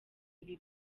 ibi